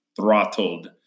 throttled